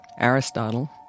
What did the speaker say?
Aristotle